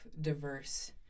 diverse